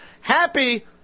Happy